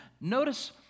notice